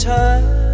time